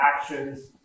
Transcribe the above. actions